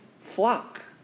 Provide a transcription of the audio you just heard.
flock